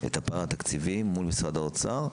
מה הפער התקציבי מול משרד האוצר,